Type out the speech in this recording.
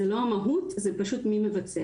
אז זו לא המהות שהשתנתה, אלא פשוט מי מבצע.